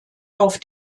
auf